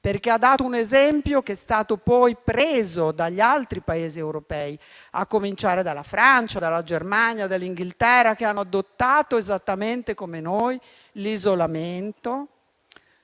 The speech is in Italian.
perché ha dato un esempio che è stato poi ripreso dagli altri Paesi europei, a cominciare dalla Francia, dalla Germania e dal Regno Unito, che hanno adottato, esattamente come noi, l'isolamento